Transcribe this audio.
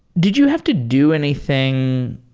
did you have to do anything